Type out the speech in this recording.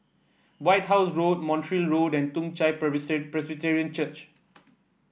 White House Road Montreal Road and Toong Chai Presbyterian Church